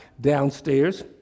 downstairs